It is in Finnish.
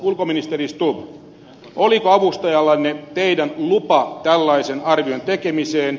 ulkoministeri stubb oliko avustajallanne teidän lupanne tällaisen arvion tekemiseen